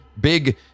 big